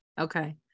Okay